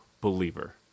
believer